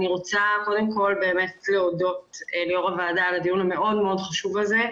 אני רוצה להודות ליו"ר הוועדה על הדיון המאוד מאוד חשוב הזה,